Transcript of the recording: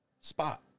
spot